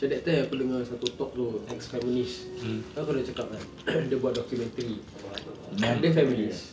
macam that time aku dengar satu talk tu ex-feminist kan aku dah cakap kan dia buat documentary dia feminist